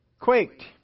quaked